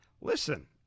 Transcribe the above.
listen